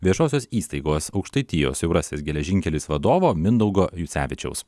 viešosios įstaigos aukštaitijos siaurasis geležinkelis vadovo mindaugo jucevičiaus